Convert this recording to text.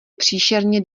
příšerně